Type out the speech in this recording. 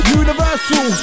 universal